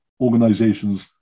organizations